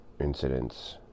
incidents